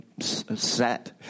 set